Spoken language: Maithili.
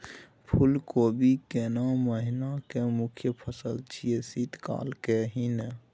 फुल कोबी केना महिना के मुखय फसल छियै शीत काल के ही न?